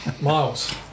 Miles